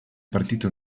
partito